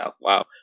wow